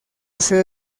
sede